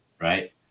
right